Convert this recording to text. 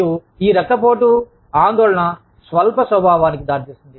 మరియు ఈ రక్తపోటు మరియు ఆందోళన స్వల్ప స్వభావానికి దారితీస్తుంది